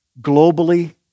globally